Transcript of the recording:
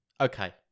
Okay